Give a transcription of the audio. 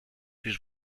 his